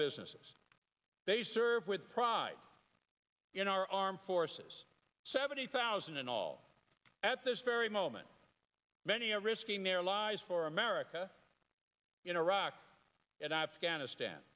businesses they serve with pride in our armed forces seventy thousand and all at this very moment many are risking their lives for america iraq and afghanistan